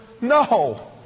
no